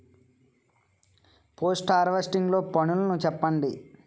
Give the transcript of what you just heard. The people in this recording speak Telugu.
పోస్ట్ హార్వెస్టింగ్ లో పనులను చెప్పండి?